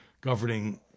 governing